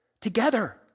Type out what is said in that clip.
together